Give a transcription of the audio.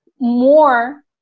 more